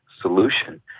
solution